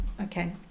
okay